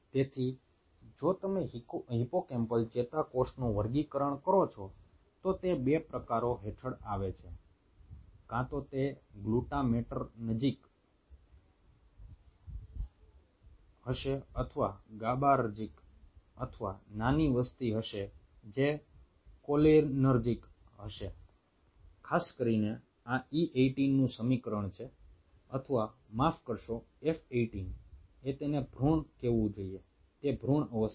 તેથી જો તમે હિપ્પોકેમ્પલ ચેતાકોષનું વર્ગીકરણ કરો છો તો તે 2 પ્રકારો હેઠળ આવે છે કાં તો તે ગ્લુટામેટરજિક હશે અથવા તે GABAરજિક અથવા નાની વસ્તી હશે જે કોલીનર્જિક છે ખાસ કરીને આ E 18 નું સમીકરણ છે અથવા માફ કરશો F 18 એ તેને ભૃણ કહેવું જોઈએ તે ભૃણ અવસ્થા છે